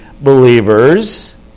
believers